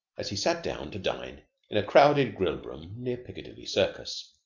as he sat down to dine in a crowded grill-room near piccadilly circus.